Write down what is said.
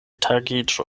tagiĝo